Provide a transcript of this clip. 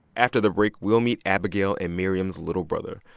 after the break, we'll meet abigail and miriam's little brother.